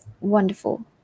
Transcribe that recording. Wonderful